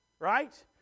Right